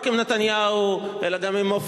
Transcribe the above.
לא רק עם נתניהו, אלא גם עם מופז.